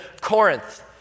Corinth